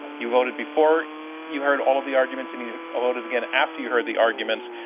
you voted before you heard all the arguments, and you ah voted again after you heard the arguments.